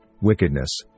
wickedness